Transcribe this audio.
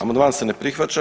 Amandman se ne prihvaća.